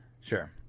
Sure